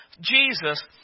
Jesus